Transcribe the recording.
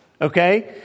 Okay